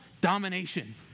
domination